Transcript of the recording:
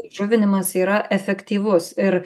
žuvinimas yra efektyvus ir